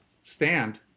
stand